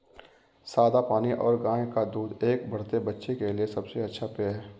सादा पानी और गाय का दूध एक बढ़ते बच्चे के लिए सबसे अच्छा पेय हैं